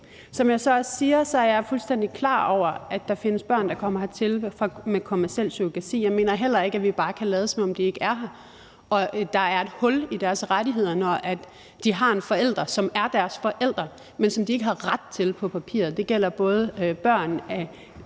Som jeg så også siger, er jeg fuldstændig klar over, at der findes børn, der er kommet hertil med kommerciel surrogati, og jeg mener heller ikke, at vi bare kan lade, som om de ikke er her, og der er et hul i lovgivningen i forhold til deres rettigheder, når de har en forælder, som er deres forælder, men som de på papiret ikke har ret til. Det gælder både børn,